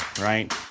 Right